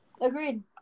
Agreed